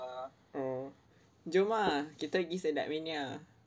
oh jom ah kita pergi sedap mania